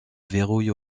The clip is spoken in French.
verrouille